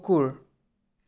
কুকুৰ